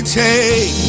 take